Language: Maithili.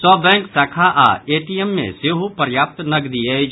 सभ बैंक शाखा आओर एटीएम मे सेहो पर्याप्त नगदी अछि